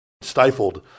stifled